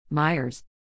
Myers